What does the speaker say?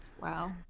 Wow